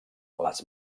les